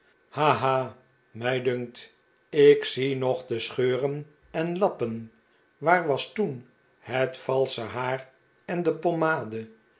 mij dunkt ik zie nog de scheuren en lappen waar was toen het valsche haar en de pommade